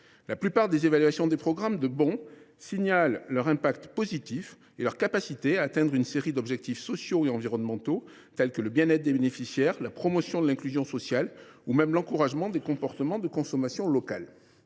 La plupart des évaluations des programmes de bons soulignent leurs impacts positifs et signalent qu’ils permettent d’atteindre des objectifs sociaux et environnementaux, tels que le bien être des bénéficiaires, la promotion de l’inclusion sociale ou même l’encouragement de comportements de consommation locale.